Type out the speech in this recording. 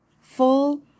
full